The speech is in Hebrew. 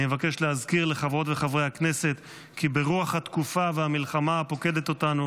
אני מבקש להזכיר לחברות וחברי הכנסת כי ברוח התקופה והמלחמה הפוקדת אותנו